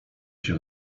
się